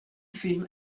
film